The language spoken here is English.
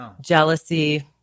jealousy